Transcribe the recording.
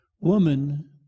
Woman